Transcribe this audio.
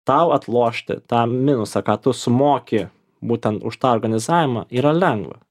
tau atlošti tą minusą ką tu sumoki būtent už tą organizavimą yra lengva